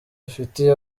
afitiye